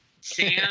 Sam